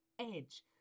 edge